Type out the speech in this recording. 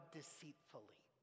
deceitfully